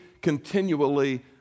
continually